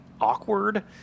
awkward